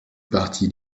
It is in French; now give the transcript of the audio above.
parti